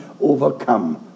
overcome